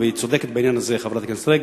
אולי תשיבו אחד לשני?